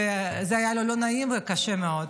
וזה היה לו לא נעים וקשה מאוד.